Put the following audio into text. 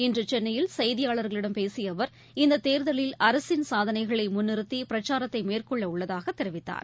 இன்று சென்னையில் செய்தியாளர்களிடம் பேசிய அவர் இந்த தேர்தலில் அரசின் சாதனைகளை முன்நிறுத்தி பிரச்சாரத்தை மேற்கொள்ள உள்ளதாக தெரிவித்தார்